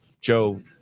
Joe